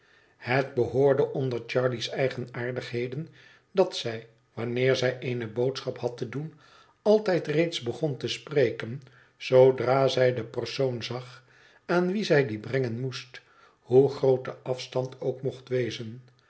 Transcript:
het behoorde onder charley's eigenaardigheden dat zij wanneer zij eene boodschap had te doen altijd reeds begon te spreken zoodra zij den persoon zag aan wien zij die brengen moest hoe groot de afstand ook mocht wezen